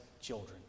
children